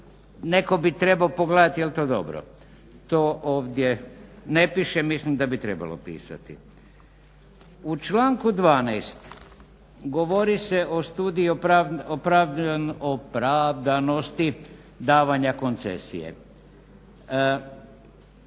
neko bi trebao pogledati jel to dobro. To ovdje ne piše, mislim da bi trebalo pisati. U članku 12. govori se o studiji opravdanosti davanja koncesije.